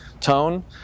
tone